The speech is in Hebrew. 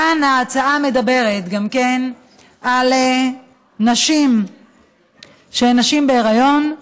כאן ההצעה מדברת גם כן על נשים שהן נשים בהיריון,